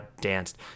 danced